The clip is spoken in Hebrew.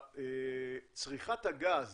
צריכת הגז